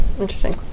Interesting